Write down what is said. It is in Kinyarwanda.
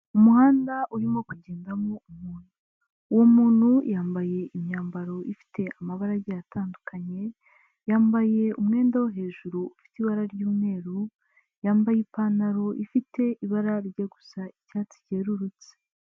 Umuhanda urimo kugendamo umuntu. Uwo muntu yambaye imyambaro ifite amabara agiye atandukanye, yambaye umwenda wo hejuru ufite ibara ry'umweru, yambaye ipantaro ifite ibara rijya gusa icyatsi cyerurutse.